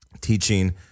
teaching